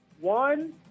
One